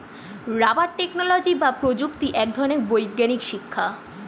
rubber technology বা প্রযুক্তি এক ধরনের বৈজ্ঞানিক শিক্ষা